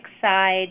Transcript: side